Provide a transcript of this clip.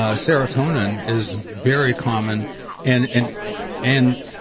ah serotonin is very common and and and